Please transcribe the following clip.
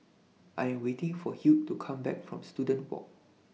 I Am waiting For Hugh to Come Back from Student Walk